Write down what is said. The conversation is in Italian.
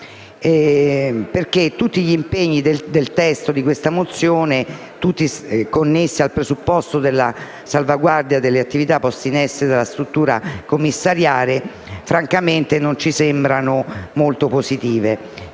perché tutti gli impegni del testo di questa mozione, connessi al presupposto della salvaguardia delle attività poste in essere dalla struttura commissariale, francamente non ci sembrano molto positivi.